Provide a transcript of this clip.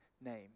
name